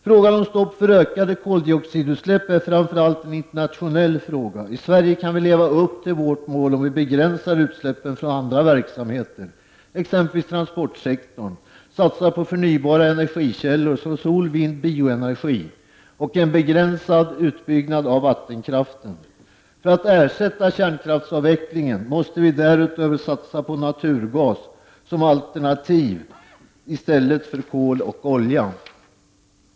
Frågan om stopp för ökade koldioxidutsläpp är framför allt en internationell fråga. I Sverige kan vi leva upp till vårt mål, om vi begränsar utsläppen från andra verksamheter, exempelvis transportsektorn, och satsar på förnybara energikällor, som sol, vind, bioenergi och en begränsad utbyggnad av vattenkraften. För att ersätta kärnkraftsavvecklingen måste vi därutöver satsa på naturgas som alternativ i stället för kol och olja.